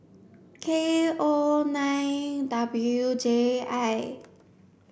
K O nine W J I